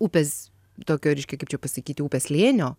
upės tokio reiškia kaip čia pasikyti upės slėnio